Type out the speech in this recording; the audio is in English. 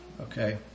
okay